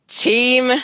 team